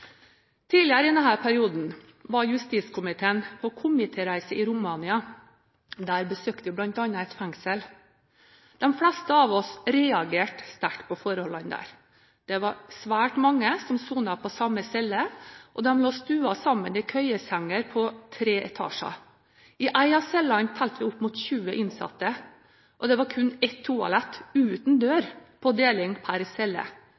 Tidligere i denne perioden var justiskomiteen på komitéreise i Romania. Der besøkte vi bl.a. et fengsel. De fleste av oss reagerte sterkt på forholdene der. Det var svært mange som sonet på samme celle, og de lå stuet sammen i køyesenger på tre etasjer. I en av cellene telte vi opp mot 20 innsatte. Det var kun ett toalett uten dør på deling per celle.